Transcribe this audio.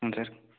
ହଁ ସାର୍